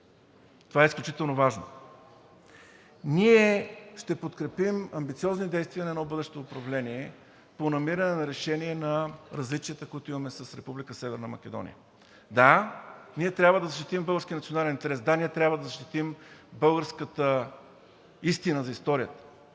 Това е изключително важно. Ние ще подкрепим амбициозните действия на едно бъдещо управление по намиране на решение на различията, които имаме с Република Северна Македония. Да, ние трябва да защитим българския национален интерес, да, ние трябва да защитим българската истина за историята,